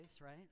right